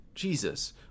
Jesus